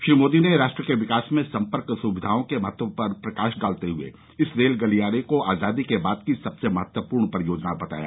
श्री मोदी ने राष्ट्र के विकास में संपर्क सुविधाओं के महत्व पर प्रकाश डालते हुए इस रेल गलियारे को आजादी के बाद की सबसे महत्वपूर्ण परियोजना बताया